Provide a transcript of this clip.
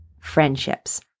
friendships